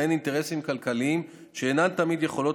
שלהן אינטרסים כלכליים שאינם תמיד יכולים